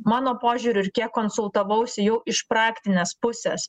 mano požiūriu ir kiek konsultavausi jau iš praktinės pusės